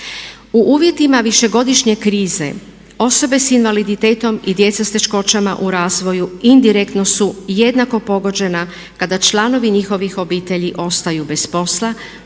U uvjetima višegodišnje krize osobe s invaliditetom i djeca s teškoćama u razvoju indirektno su jednako pogođena kada članovi njihovih obitelji ostaju bez posla